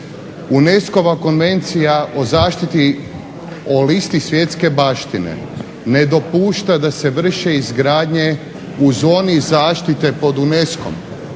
UNESCO-va konvencija o zaštiti, o listi svjetske baštine ne dopušta da se vrše izgradnje u zoni zaštite pod UNESCO-m.